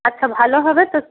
আচ্ছা ভালো হবে তো